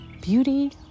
beauty